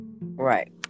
right